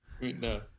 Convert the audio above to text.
No